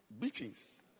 Beatings